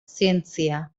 zientzia